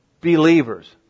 believers